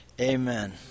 Amen